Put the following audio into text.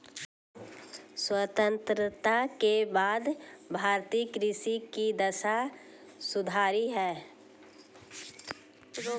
स्वतंत्रता के बाद भारतीय कृषि की दशा सुधरी है